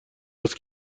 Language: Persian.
است